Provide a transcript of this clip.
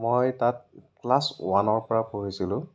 মই তাত ক্লাছ ৱানৰপৰা পঢ়িছিলোঁ